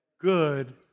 good